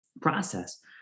process